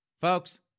Folks